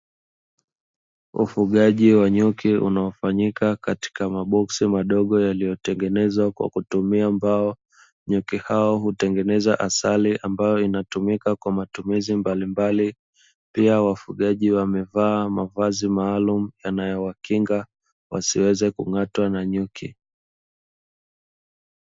Ufugaji wa nyuki unaofanyiak katika maboksi madogo ambayo yametengenezwa kwa mbao, nyuki hao hutengeneza asali ambayo hutumika kwa matumizi mbalimbali pia wafugaji wamevaa mavazi maalumu yanayowakinga wasiweze kung’atwa na nyuki.